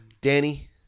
Danny